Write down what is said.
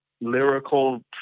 lyrical